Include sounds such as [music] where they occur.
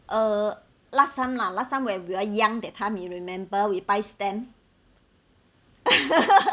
uh last time lah last time when we are young that time you remember we buy stamp [laughs]